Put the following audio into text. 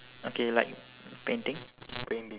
okay like painting